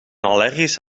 allergisch